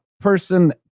person